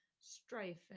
strife